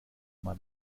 mal